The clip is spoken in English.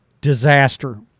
disaster